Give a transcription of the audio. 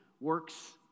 works